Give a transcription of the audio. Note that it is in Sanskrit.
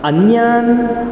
अन्यान्